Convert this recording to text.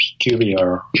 peculiar